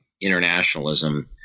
internationalism